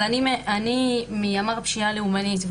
אבל אני מימ"ר פשיעה לאומנית,